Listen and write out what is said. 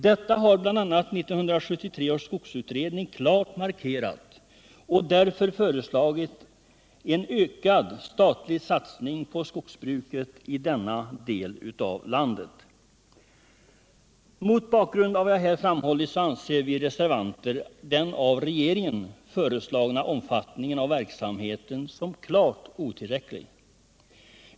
Detta har bl.a. 1973 års skogsutredning klart markerat och därför föreslagit en ökad statlig satsning på skogsbruket i denna del av landet. Mot bakgrund av vad jag här framhållit anser vi reservanter den av regeringen föreslagna omfattningen av verksamheten som klart otillräcklig.